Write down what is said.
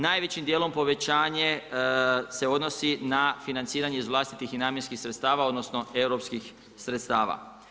Najvećim dijelom povećanje se odnosi na financiranje iz vlastitih i namjenskih sredstava odnosno europskih sredstava.